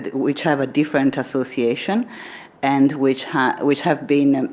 which have a different association and which have which have been